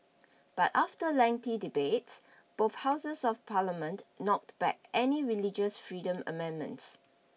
but after lengthy debate both houses of parliament knocked back any religious freedom amendments